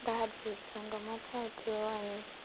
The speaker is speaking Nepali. दाजुहरूसँग मजा आउँथ्यो अनि